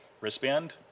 wristband